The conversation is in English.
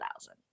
thousand